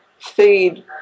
feed